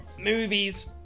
movies